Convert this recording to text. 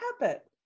habit